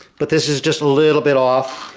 but this is just a little bit off.